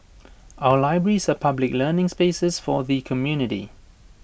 our libraries are public learning spaces for the community